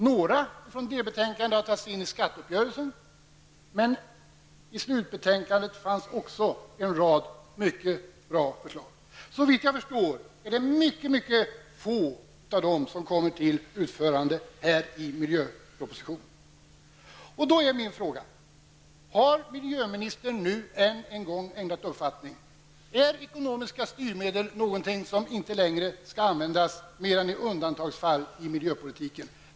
Några förslag ifrån delbetänkandet har tagits in i skatteuppgörelsen, men det fanns också en rad mycket bra förslag i slutbetänkandet. Såvitt jag förstår är det mycket få av dem som framförs i miljöpropositionen. Då är min fråga om miljöministern nu än en gång har ändrat uppfattning. Är ekonomiska styrmedel någonting som inte längre skall användas mer än i undantagsfall i miljöpolitiken?